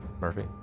Murphy